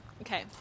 Okay